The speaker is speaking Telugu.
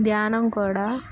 ధ్యానం కూడా